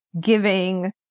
giving